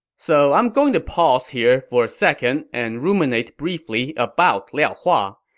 so i'm going to pause here for a second and ruminate briefly about liao hua.